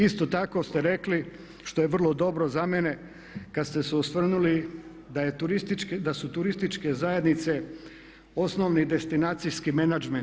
Isto tako ste rekli, što je vrlo dobro za mene, kad ste se osvrnuli da su turističke zajednice osnovni destinacijski menadžment.